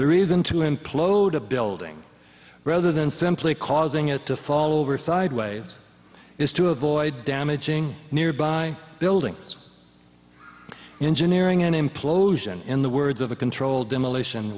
the reason to implode a building rather than simply causing it to fall over sideways is to avoid damaging nearby buildings engineering an implosion in the words of a controlled demolition